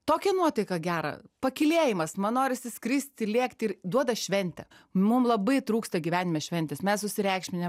tokią nuotaiką gerą pakylėjimas man norisi skristi lėkti ir duoda šventę mum labai trūksta gyvenime šventės mes susireikšminę